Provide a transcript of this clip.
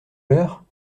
leur